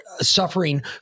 suffering